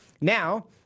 Now